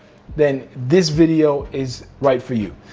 then this video is right for you.